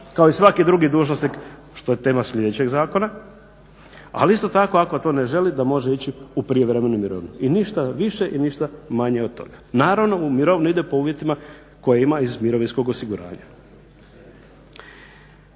kao i svaki drugi dužnosnik što je tema sljedećeg zakona ali isto tako ako to ne želi da može ići u prijevremenu mirovinu. I ništa više i ništa manje od toga. Naravno u mirovinu ide po uvjetima koje ima iz mirovinskog osiguranja.